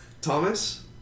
Thomas